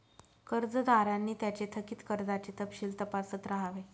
कर्जदारांनी त्यांचे थकित कर्जाचे तपशील तपासत राहावे